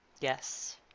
Yes